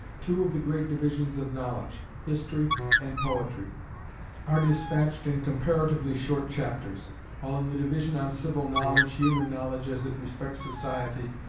two of the great divisions of knowledge history and poetry are despatched in comparatively short chapters while in the division on civil knowledge, human knowledge as it respects society,